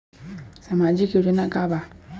सामाजिक योजना का बा?